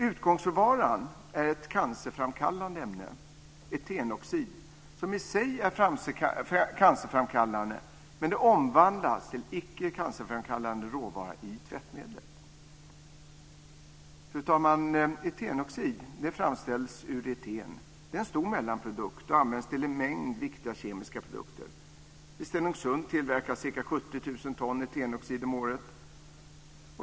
Utgångsvaran är ett cancerframkallande ämne, etenoxid, som i sig är cancerframkallande. Men det omvandlas till icke cancerframkallande råvara i tvättmedlet. Fru talman! Etenoxid framställs ur eten. Det är en stor mellanprodukt och används till en mängd viktiga kemiska produkter. I Stenungssund tillverkas ca 70 000 ton etenoxid om året.